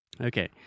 Okay